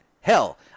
Hell